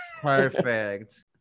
Perfect